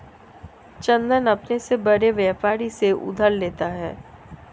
चंदन अपने से बड़े व्यापारी से उधार लेता है